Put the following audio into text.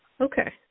Okay